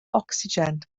ocsigen